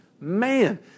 Man